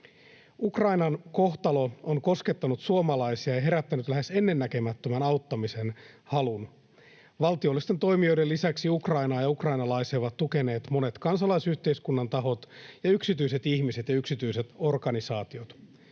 Ukrainan kohtalo on koskettanut suomalaisia ja herättänyt lähes ennennäkemättömän auttamisen halun. Valtiollisten toimijoiden lisäksi Ukrainaa ja ukrainalaisia ovat tukeneet monet kansalaisyhteiskunnan tahot ja yksityiset ihmiset ja yksityiset organisaatiot.